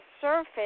surface